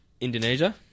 Indonesia